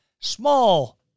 small